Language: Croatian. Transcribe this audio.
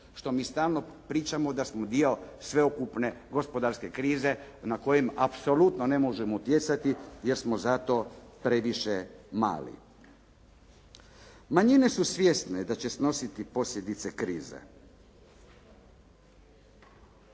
što mi stalno pričamo da smo dio sveukupne gospodarske krize na koju apsolutno ne možemo utjecati jer smo za to previše mali. Manjine su svjesne da će snositi posljedice krize